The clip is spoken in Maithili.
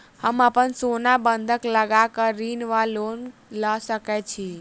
हम अप्पन सोना बंधक लगा कऽ ऋण वा लोन लऽ सकै छी?